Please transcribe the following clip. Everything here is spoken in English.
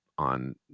on